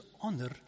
honor